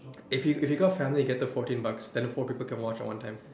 if you if you got family get the fourteen bucks then the four people can watch at one time